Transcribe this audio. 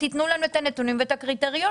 שתיתנו לנו את הנתונים ואת הקריטריונים